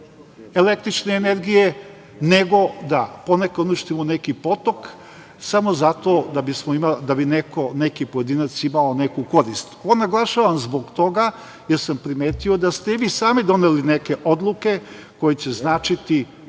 električne energije, nego da ponekad uništimo neki potok samo zato da bi neki pojedinac imao neku korist. To naglašavam zbog toga, jer sam primetio da ste i vi sami doneli neke odluke koje će značiti